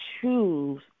choose